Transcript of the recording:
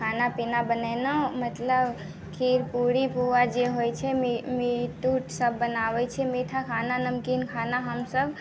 खाना पीना बनेलहुॅं मतलब खीर पूरी पुआ जे होइ छै मीट उट सभ बनाबै छी मीठा खाना नमकीन खाना हम सभ